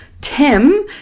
Tim